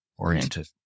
Oriented